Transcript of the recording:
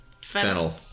Fennel